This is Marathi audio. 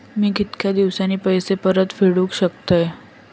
मी कीतक्या दिवसांनी पैसे परत फेडुक शकतय?